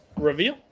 Reveal